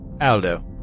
Aldo